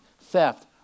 theft